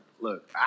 look